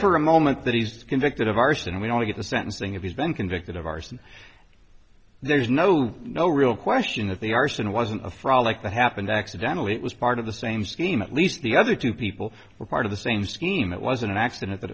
for a moment that he's convicted of arson we only get the sentencing if he's been convicted of arson there's no no real question of the arson wasn't a frolic that happened accidentally it was part of the same scheme at least the other two people were part of the same scheme it wasn't an accident that